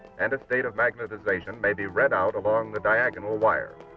and a state of magnetization may be read out along the diagonal wire.